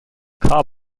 car